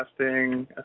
testing